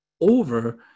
over